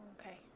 okay